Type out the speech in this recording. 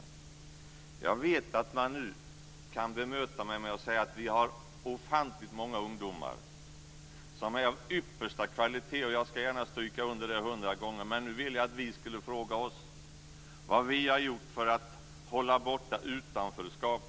Jag vet att man nu kan bemöta mig med att säga att vi har ofantligt många ungdomar som är av yppersta kvalitet, och jag ska gärna stryka under det hundra gånger. Men nu vill jag att vi ska fråga oss vad vi har gjort för att hålla borta utanförskap.